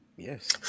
yes